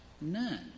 none